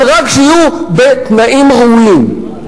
אבל רק שיהיו בתנאים ראויים.